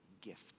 gift